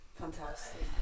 fantastic